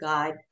God